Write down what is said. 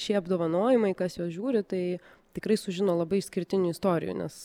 šie apdovanojimai kas juos žiūri tai tikrai sužino labai išskirtinių istorijų nes